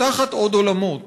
פותחת עוד עולמות,